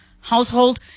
household